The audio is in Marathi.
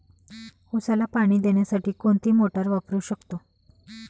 उसाला पाणी देण्यासाठी कोणती मोटार वापरू शकतो?